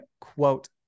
quote